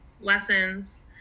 lessons